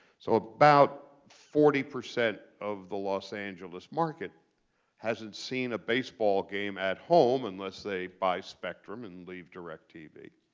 so about forty percent of the los angeles market hasn't seen a baseball game at home unless they buy spectrum and leave directv.